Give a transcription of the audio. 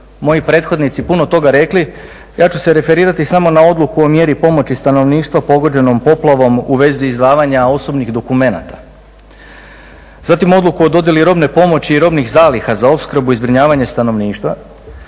moji prethodnici puno toga rekli ja ću se referirati samo na odluku o mjeri pomoći stanovništva pogođenom poplavom u vezi izdavanja osobnih dokumenata. Zatim odluku o dodjeli robne pomoći i robnih zaliha za opskrbu i zbrinjavanje stanovništva,